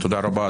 תודה רבה,